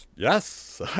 Yes